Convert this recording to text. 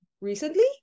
recently